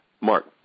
mark